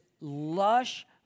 lush